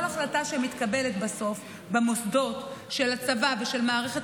כל החלטה שמתקבלת במוסדות של הצבא ושל מערכת